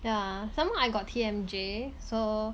yeah somemore I got T_M_J so